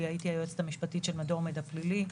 הייתי היועצת המשפטית של מדור מידע פלילי,